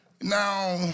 Now